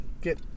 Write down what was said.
get